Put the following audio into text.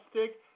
stick